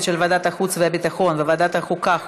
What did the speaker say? של ועדת החוץ והביטחון וועדת החוקה,